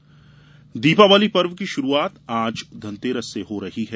दीपावली दीपावली पर्व की शुरुआत आज धनतेरस से हो रही है